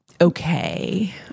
Okay